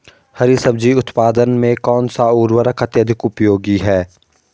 हरी सब्जी उत्पादन में कौन सा उर्वरक अत्यधिक उपयोगी है?